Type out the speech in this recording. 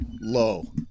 low